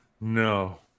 No